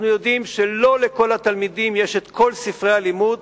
אנחנו יודעים שלא לכל התלמידים יש כל ספרי הלימוד,